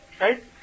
right